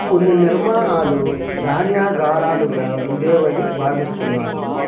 కొన్ని నిర్మాణాలు ధాన్యాగారాలుగా ఉండేవని భావిస్తున్నారు